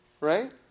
right